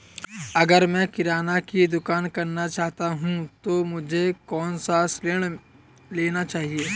अगर मैं किराना की दुकान करना चाहता हूं तो मुझे कौनसा ऋण लेना चाहिए?